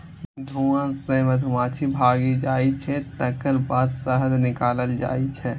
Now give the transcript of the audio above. धुआं सं मधुमाछी भागि जाइ छै, तकर बाद शहद निकालल जाइ छै